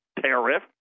tariff